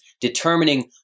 determining